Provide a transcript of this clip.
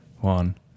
one